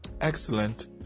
excellent